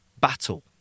Battle